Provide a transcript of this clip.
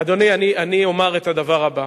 אדוני, אני אומר את הדבר הבא.